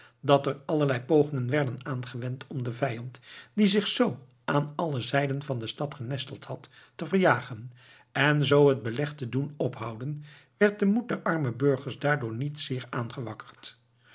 dat er allerlei pogingen werden aangewend om den vijand die zich zoo aan alle zijden van de stad genesteld had te verjagen en zoo het beleg te doen ophouden werd de moed der arme burgers daardoor niet zeer aangewakkerd